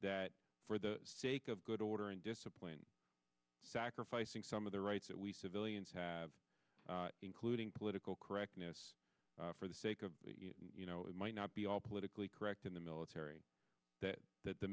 that for the sake of good order and discipline sacrificing some of the rights that we civilians have including political correctness for the sake of the you know it might not be all politically correct in the military that that the